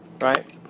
right